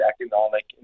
economic